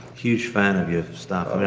huge fan of your stuff.